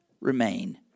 remain